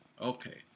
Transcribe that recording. Okay